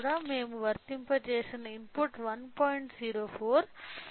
మేము వర్తింపజేసిన ఇన్పుట్ 1